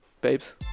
babes